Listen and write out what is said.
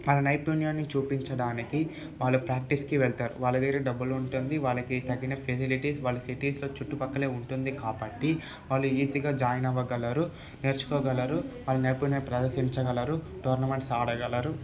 వాళ్ళ నైపుణ్యాన్ని చూపించడానికి వాళ్ళు ప్రాక్టీస్కి వెళ్తారు వాళ్ళ దగ్గర డబ్బులు ఉంటుంది వాళ్ళకి తగిన ఫెసిలిటీస్ వాళ్ళ సిటీస్లో చుట్టు పక్కలో ఉంటుంది కాబట్టి వాళ్ళు ఈజీగా జాయిన్ అవ్వగలరు నేర్చుకోగలరు వాళ్ళ నైపుణ్యం ప్రదర్శించగలరు టోర్నమెంట్స్ ఆడగలరు